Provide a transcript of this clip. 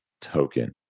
token